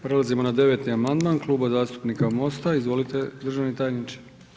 Prelazimo na 9. amandman Kluba zastupnika MOST-a, izvolite državni tajniče.